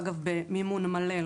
אגב במימון מלא,